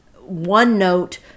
one-note